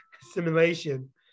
simulation